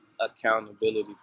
accountability